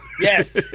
yes